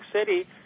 City